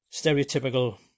stereotypical